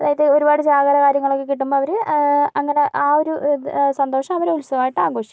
അതായത് ഒരുപാട് ചാകര കാര്യങ്ങളൊക്കെ കിട്ടുമ്പോൾ അവര് അങ്ങനെ ആ ഒര് സന്തോഷം അവര് ഉത്സവായിട്ട് ആഘോഷിക്കും